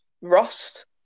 rust